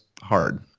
hard